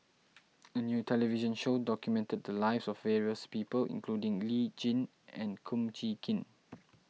a new television show documented the lives of various people including Lee Tjin and Kum Chee Kin